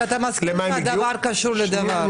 אבל אתה מסכים שדבר קשור לדבר.